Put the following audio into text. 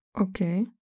okay